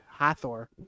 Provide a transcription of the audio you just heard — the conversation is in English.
hathor